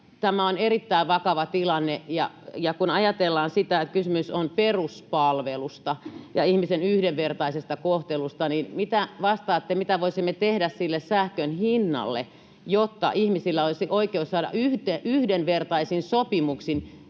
Tämä on erittäin vakava tilanne. Ja kun ajatellaan sitä, että kysymys on peruspalvelusta ja ihmisen yhdenvertaisesta kohtelusta, niin mitä vastaatte: mitä voisimme tehdä sille sähkön hinnalle, jotta ihmisillä olisi oikeus saada yhdenvertaisin sopimuksin